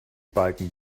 balken